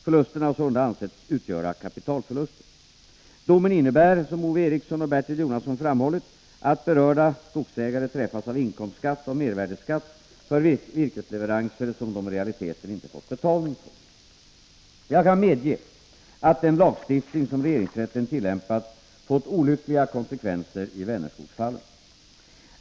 Förlusterna har sålunda ansetts utgöra kapitalförluster. Domen innebär, som Ove Eriksson och Bertil Jonasson framhållit, att berörda skogsägare träffas av inkomstskatt och mervärdeskatt för virkesleveranser som de i realiteten inte fått betalning för. Jag kan medge att den lagstiftning, som regeringsrätten tillämpat, fått olyckliga konsekvenser i Vänerskogsfallen.